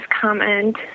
comment